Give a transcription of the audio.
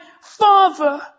father